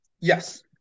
Yes